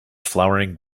flowering